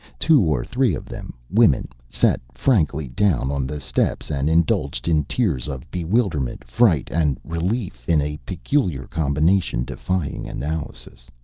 two or three of them women sat frankly down on the steps and indulged in tears of bewilderment, fright and relief in a peculiar combination defying analysis.